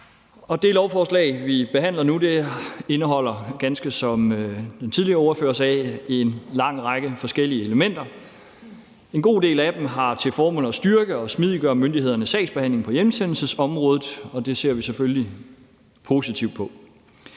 den tidligere ordfører sagde, en lang række forskellige elementer. En god del af dem har til formål at styrke og smidiggøre myndighedernes sagsbehandling på hjemsendelsesområdet, og det ser vi selvfølgelig positivt på.